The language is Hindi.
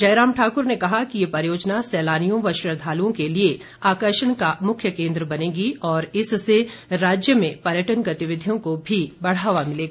जयराम ठाकुर ने कहा कि ये परियोजना सैलानियों व श्रद्दालुओं के लिए आकर्षण का मुख्य कोन्द्र बनेगी और इससे राज्य में पर्यटन गतिविधियों को भी बढ़ावा मिलेगा